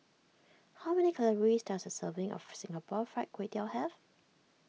how many calories does a serving of Singapore Fried Kway Tiao have